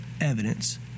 evidence